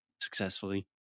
successfully